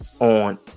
on